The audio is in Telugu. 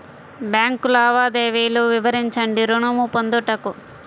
బ్యాంకు లావాదేవీలు వివరించండి ఋణము పొందుటకు?